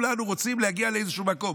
וכולנו רוצים להגיע לאיזשהו מקום.